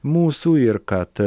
mūsų ir kad